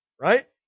right